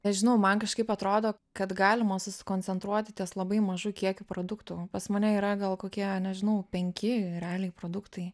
nežinau man kažkaip atrodo kad galima susikoncentruoti ties labai mažų kiekių produktų pas mane yra gal kokie nežinau penki realiai produktai